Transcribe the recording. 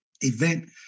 event